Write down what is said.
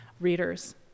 readers